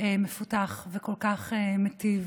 מפותח וכל כך מיטיב.